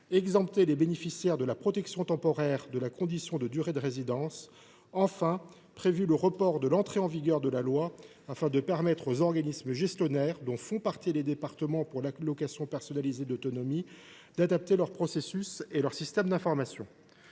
exempter les bénéficiaires de la protection temporaire de la condition de durée de résidence, et, enfin, à reporter la date d’entrée en vigueur de la loi, afin de permettre aux organismes gestionnaires, dont font partie les départements pour ce qui concerne l’allocation personnalisée d’autonomie, d’adapter leurs processus et leurs systèmes d’information.